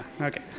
Okay